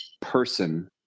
person